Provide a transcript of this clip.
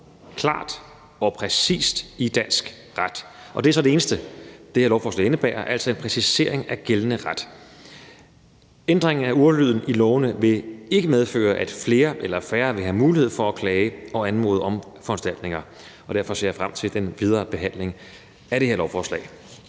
klart og præcist i dansk ret. Det er så det eneste, det her lovforslag indebærer, altså en præcisering af gældende ret. Ændringen af ordlyden i lovene vil ikke medføre, at flere eller færre vil have mulighed for at klage og anmode om foranstaltninger. Derfor ser jeg frem til den videre behandling af det her lovforslag.